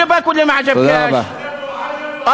אתה מוזמן לסיים את המשפטים האחרונים, בבקשה.